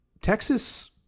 Texas